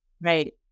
Right